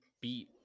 beat –